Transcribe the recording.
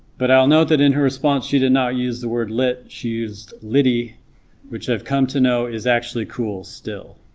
but i'll note that in her response she did not use the word lit she used liddy which i've come to know is actually cool still